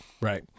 right